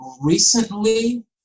recently